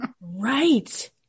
Right